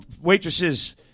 waitresses